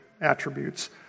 attributes